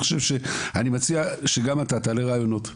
אני מציע שגם אתה תעלה רעיונות.